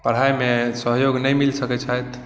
पढ़ाइमे सहयोग नहि मिल सकैत छथि